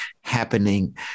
happening